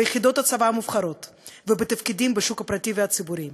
וביחידות הצבא המובחרות ובתפקידים בשוק הפרטי והציבורי.